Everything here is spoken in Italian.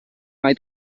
mai